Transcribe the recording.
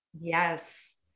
Yes